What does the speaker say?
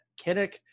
Kinnick